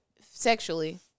sexually